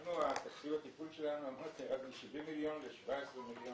תקציב התפעול שלנו ירד מ-70 מיליון ל-17 מיליון שקלים.